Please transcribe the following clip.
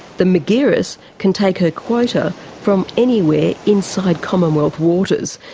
the margiris can take her quota from anywhere inside commonwealth waters,